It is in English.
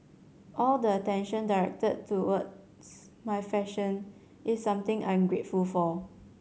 all the attention directed towards my fashion is something I'm grateful for